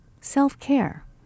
self-care